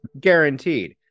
guaranteed